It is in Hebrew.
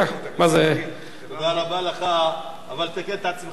תודה רבה לך, אבל תקן את עצמך: לא היום,